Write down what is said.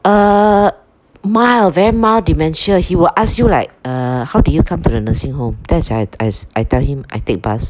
err mild very mild dementia he will ask you like err how did you come to the nursing home that's when I I I tell him I take bus